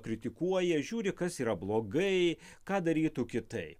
kritikuoja žiūri kas yra blogai ką darytų kitai